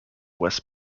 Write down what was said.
wes